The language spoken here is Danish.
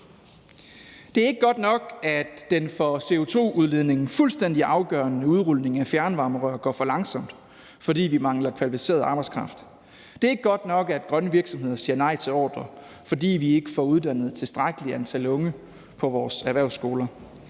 Det er ikke godt nok, at den for CO2-udledningen fuldstændig afgørende udrulning af fjernvarmerør går for langsomt, fordi vi mangler kvalificeret arbejdskraft. Det er ikke godt nok, at grønne virksomheder siger nej til ordrer, fordi vi ikke får uddannet et tilstrækkeligt antal tal unge på vores erhvervsskoler.